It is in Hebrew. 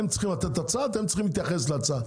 הם צריכים לתת הצעה, אתם צריכים להתייחס להצעה.